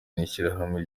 n’ishyirahamwe